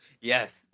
Yes